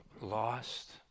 lost